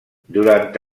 durant